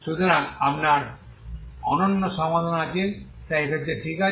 সুতরাং আপনার আবার অনন্য সমাধান আছে তাই এই ক্ষেত্রে ঠিক আছে